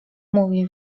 mówi